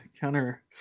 counter